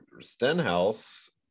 Stenhouse